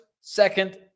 second